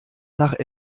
nach